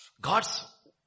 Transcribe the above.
God's